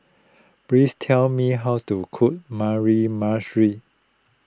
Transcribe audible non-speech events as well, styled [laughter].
please tell me how to cook [unintelligible]